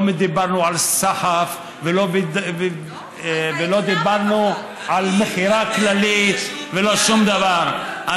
לא דיברנו על סחף ולא דיברנו על מכירה כללית ולא שום דבר.